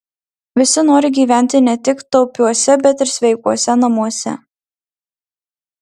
visi nori gyventi ne tik taupiuose bet ir sveikuose namuose